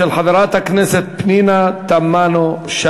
של חברת הכנסת פנינה תמנו-שטה,